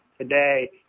today